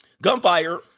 Gunfire